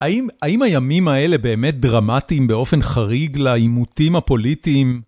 האם הימים האלה באמת דרמטיים באופן חריג לעימותים הפוליטיים?